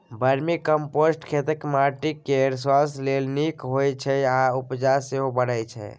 vermicompost खेतक माटि केर स्वास्थ्य लेल नीक होइ छै आ उपजा सेहो बढ़य छै